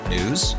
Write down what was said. News